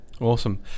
Awesome